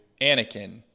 Anakin